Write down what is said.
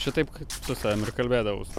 šitaip su savim ir kalbėdavaus